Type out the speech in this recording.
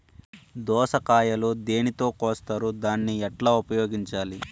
దోస కాయలు దేనితో కోస్తారు దాన్ని ఎట్లా ఉపయోగించాలి?